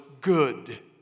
good